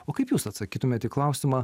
o kaip jūs atsakytumėt į klausimą